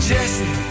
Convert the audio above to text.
Jesse